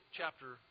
chapter